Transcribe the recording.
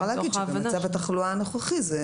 אפשר להגיד שבמצב התחלואה הנוכחי זה